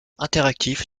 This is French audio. interactif